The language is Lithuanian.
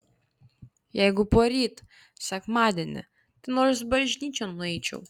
jeigu poryt sekmadienį tai nors bažnyčion nueičiau